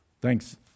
Thanks